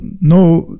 no